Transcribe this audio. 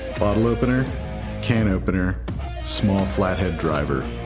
bottle opener can opener small flathead driver